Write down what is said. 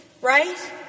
right